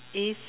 is